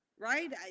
right